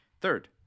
third